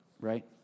Right